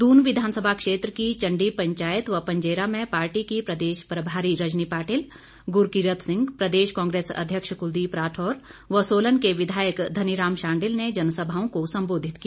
दून विधानसभा क्षेत्र की चंडी पंचायत व पंजेरा में पार्टी की प्रदेश प्रभारी रजनी पाटिल गुरकीरत सिंह प्रदेश कांग्रेस अध्यक्ष कुलदीप राठौर व सोलन के विधायक धनीराम शांडिल ने जनसभाओं को संबोधित किया